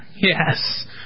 Yes